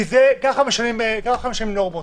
ככה משנים נורמות.